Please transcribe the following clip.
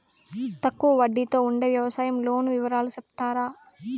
తక్కువ వడ్డీ తో ఉండే వ్యవసాయం లోను వివరాలు సెప్తారా?